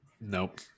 Nope